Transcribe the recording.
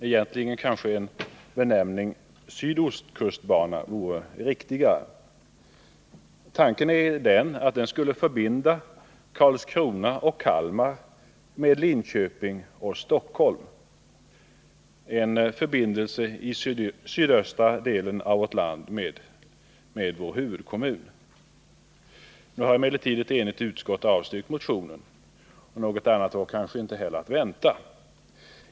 Egentligen vore benämningen sydostkustbana riktigare. Ett enigt utskott har avstyrkt motionen. Något annat var heller inte att vänta.